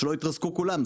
כדי שלא יתרסקו כולם.